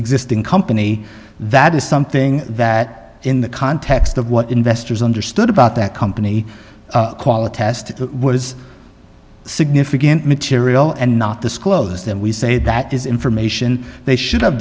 existing company that is something that in the context of what investors understood about that company quality test what is significant material and not disclose that we say that is information they should have